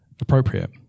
appropriate